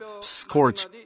scorch